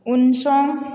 उनसं